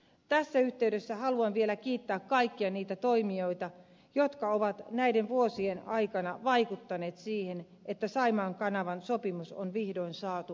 tässä yhteydessä haluan vielä kiittää kaikkia niitä toimijoita jotka ovat näiden vuosien aikana vaikuttaneet siihen että saimaan kanavan sopimus on vihdoin saatu allekirjoitettua